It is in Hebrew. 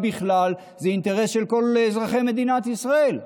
בכלל זה אינטרס של כל אזרחי מדינת ישראל.